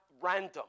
random